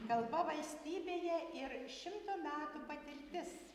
kalba valstybėje ir šimto metų patirtis